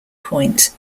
point